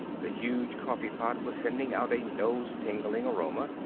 the huge coffee pot was sending out a nose-tingling aroma.